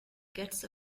gets